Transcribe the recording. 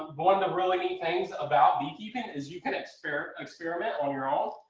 one of the really neat things about beekeeping is you can experiment, experiment on your own.